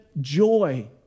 joy